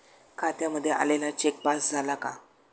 खात्यामध्ये आलेला cheque pass झाला का?